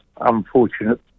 unfortunate